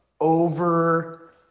over